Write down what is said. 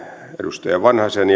edustaja vanhasen